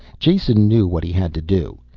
jason knew what he had to do.